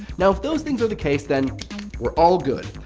now, if those things are the case, then we're all good.